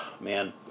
man